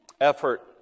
effort